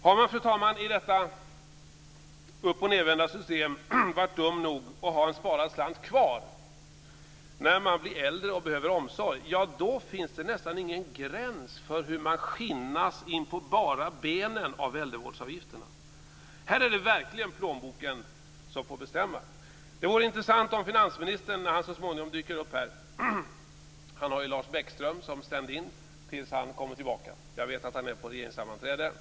Har man, fru talman, i detta uppochnedvända system varit dum nog att ha en sparad slant kvar när man blir äldre och behöver omsorg finns det nästan ingen gräns för hur man skinnas in på bara benen av äldrevårdsavgifterna. I det här fallet är det verkligen plånboken som får bestämma. Finansministern dyker upp så småningom - han har ju Lars Bäckström som stand-in tills han kommer. Jag vet att han är på regeringssammanträde.